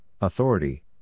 Authority